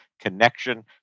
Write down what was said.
connection